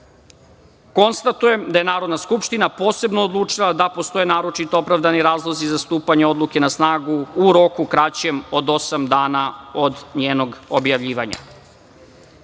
146.Konstatujem da je Narodna skupština posebno odlučila da postoje naročito opravdani razlozi za stupanje odluke na snagu u roku kraćem od osam dana od njenog objavljivanja. Stavljam